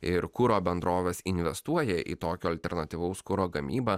ir kuro bendrovės investuoja į tokio alternatyvaus kuro gamybą